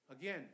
Again